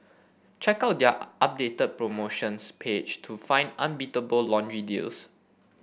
check out their updated promotions page to find unbeatable laundry deals